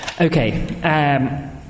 okay